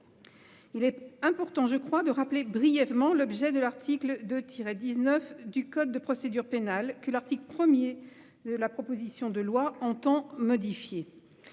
Il est important, je crois, de rappeler brièvement l'objet de l'article 2-19 du code de procédure pénale, que l'article 1 de la proposition de loi vise à modifier.